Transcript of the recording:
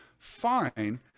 fine